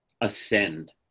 ascend